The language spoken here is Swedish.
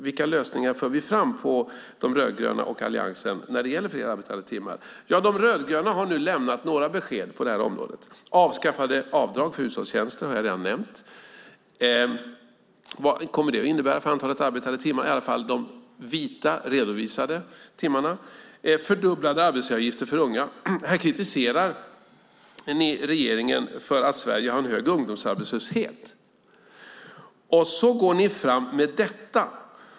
Vilka lösningar för vi fram i De rödgröna respektive Alliansen när det gäller fler arbetade timmar? Ja, De rödgröna har lämnat några besked på det här området. Avskaffande av avdrag för hushållstjänster har jag redan nämnt. Vad kommer det att innebära för antalet arbetade timmar, i alla fall de vita, redovisade timmarna? Vidare: fördubblade arbetsgivaravgifter för unga, och här kritiserar ni regeringen för att Sverige har en hög ungdomsarbetslöshet. Så går ni fram ni med detta.